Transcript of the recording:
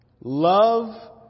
love